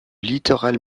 littoral